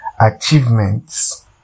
achievements